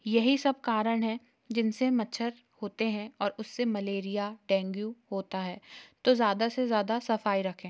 यही सब कारण है जिन से मच्छर होते हैं और उससे मलेरिया डेंगू होता है तो ज़्यादा से ज़्यादा सफ़ाई रखें